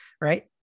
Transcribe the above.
right